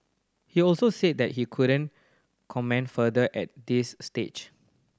he also said that he couldn't comment further at this stage